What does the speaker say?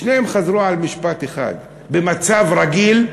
ושניהם חזרו על משפט אחד: במצב רגיל,